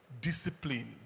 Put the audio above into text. discipline